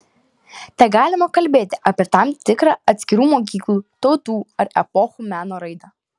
tegalima kalbėti apie tam tikrą atskirų mokyklų tautų ar epochų meno raidą